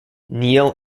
neil